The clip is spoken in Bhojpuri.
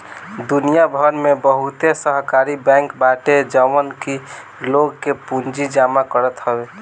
दुनिया भर में बहुते सहकारी बैंक बाटे जवन की लोग के पूंजी जमा करत हवे